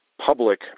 public